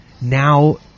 now